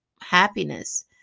happiness